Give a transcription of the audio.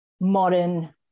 modern